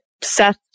Seth